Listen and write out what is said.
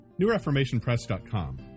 NewReformationPress.com